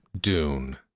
Dune